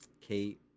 Kate